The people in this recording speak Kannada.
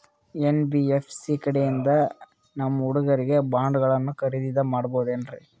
ಎನ್.ಬಿ.ಎಫ್.ಸಿ ಕಡೆಯಿಂದ ನಮ್ಮ ಹುಡುಗರಿಗೆ ಬಾಂಡ್ ಗಳನ್ನು ಖರೀದಿದ ಮಾಡಬಹುದೇನ್ರಿ?